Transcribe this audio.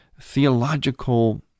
theological